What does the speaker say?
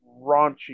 raunchy